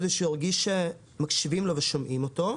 כדי שהוא ירגיש שמקשיבים לו ושומעים אותו.